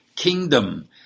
Kingdom